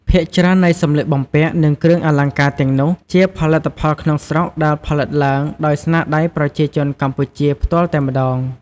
ភាគច្រើននៃសម្លៀកបំពាក់ និងគ្រឿងអលង្ការទាំងនោះជាផលិតផលក្នុងស្រុកដែលផលិតឡើងដោយស្នាដៃប្រជាជនកម្ពុជាផ្ទាល់តែម្តង។